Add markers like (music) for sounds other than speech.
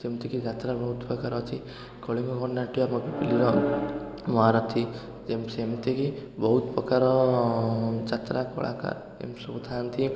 ଯେମିତିକି ଯାତ୍ରା ବହୁତ ପ୍ରକାର ଅଛି କଳିଙ୍ଗ ଗଣନାଟ୍ୟ (unintelligible) ମହାରଥି ଯେମତି ସେମିତିକି ବହୁ ପ୍ରକାର ଯାତ୍ରା କଳାକାର ଏମିତି ସବୁ ଥାଆନ୍ତି